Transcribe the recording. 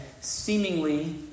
seemingly